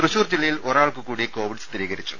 തൃശൂർ ജില്ലയിലും ഒരാൾക്ക് കൂടി കോവിഡ് സ്ഥിരീകരിച്ചു